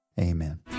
amen